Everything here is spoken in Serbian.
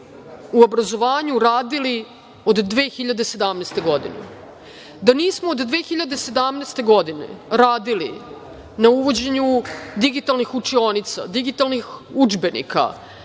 u obrazovanju radili od 2017. godine, da nismo od 2017. godine radili na uvođenju digitalnih učionica, digitalnih udžbenika